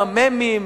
עם המ"מים.